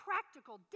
Practical